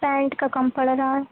pant کا کم پڑ رہا ہے